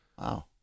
Wow